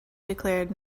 declared